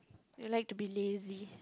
I like to be lazy